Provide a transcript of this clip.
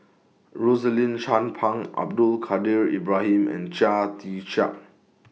Rosaline Chan Pang Abdul Kadir Ibrahim and Chia Tee Chiak